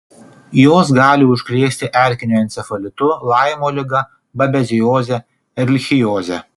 jos gali užkrėsti erkiniu encefalitu laimo liga babezioze erlichioze